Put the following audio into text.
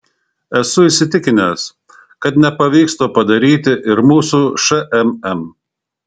esu įsitikinęs kad nepavyks to padaryti ir mūsų šmm